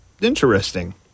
Interesting